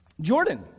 Jordan